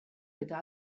eta